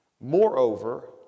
Moreover